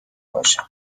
باشد